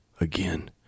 Again